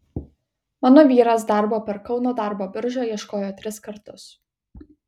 mano vyras darbo per kauno darbo biržą ieškojo tris kartus